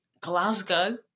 Glasgow